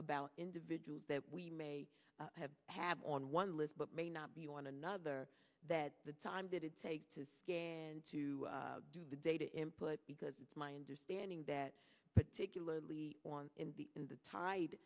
about individuals that we may have have on one list but may not be on another that the time that it takes is again to do the data input because it's my understanding that particularly on in the in the tide